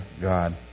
God